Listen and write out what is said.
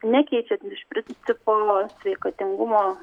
nekeičia iš principo sveikatingumo